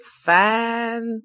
fine